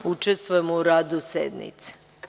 Učestvujemo u radu sednice.